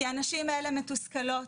כי הנשים האלה מתוסכלות,